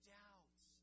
doubts